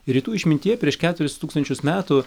rytų išmintyje prieš keturis tūkstančius metų